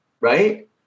right